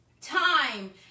Time